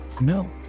No